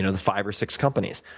and the five or six companies.